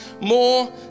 more